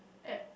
at